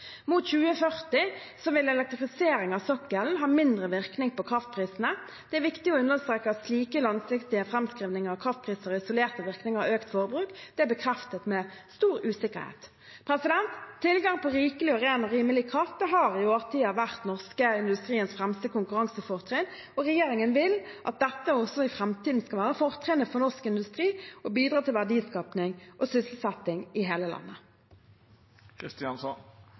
Mot 2040 vil elektrifisering av sokkelen ha mindre virkning på kraftprisene. Det er viktig å understreke at slike langsiktige framskrivninger av kraftpriser og isolerte virkninger av økt forbruk er beheftet med stor usikkerhet. Tilgang på rikelig med ren og rimelig kraft har i årtier vært den norske industriens fremste konkurransefortrinn. Regjeringen vil at dette også i framtiden skal være fortrinnet for norsk industri og bidra til verdiskaping og sysselsetting i hele landet.